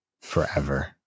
forever